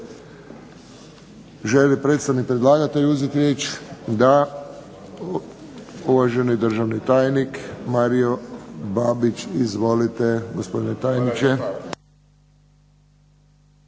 li predstavnik predlagatelja uzeti riječ? Da. Uvaženi državni tajnik Mario Babić. Izvolite gospodine tajniče.